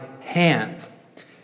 hands